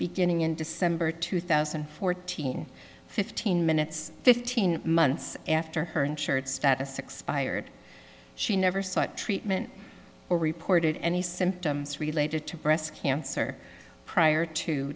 beginning in december two thousand and fourteen fifteen minutes fifteen months after her insured status expired she never sought treatment or reported any symptoms related to breast cancer prior to